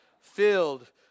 filled